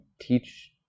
teach